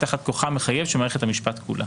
תחת כוחה המחייב של מערכת המשפט כולה.